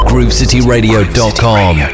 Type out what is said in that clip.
GrooveCityRadio.com